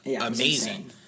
Amazing